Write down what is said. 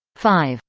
five.